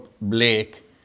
Blake